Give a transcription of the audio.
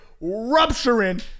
rupturing